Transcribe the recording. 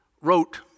wrote